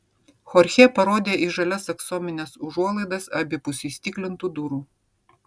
chorchė parodė į žalias aksomines užuolaidas abipus įstiklintų durų